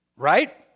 Right